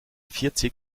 vierzig